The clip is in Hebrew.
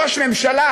ראש ממשלה,